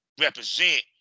represent